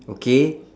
okay